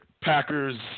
Packers